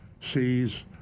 sees